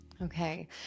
Okay